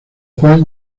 juan